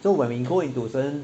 so when we go into certain